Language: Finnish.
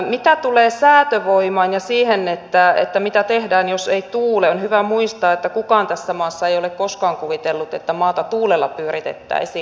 mitä tulee säätövoimaan ja siihen mitä tehdään jos ei tuule on hyvä muistaa että kukaan tässä maassa ei ole koskaan kuvitellut että maata tuulella pyöritettäisiin